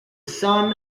son